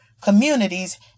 communities